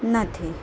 નથી